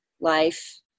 life